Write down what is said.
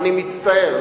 אני מצטער.